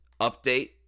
update